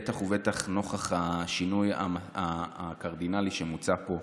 בטח ובטח נוכח השינוי הקרדינלי שמוצע פה,